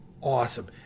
awesome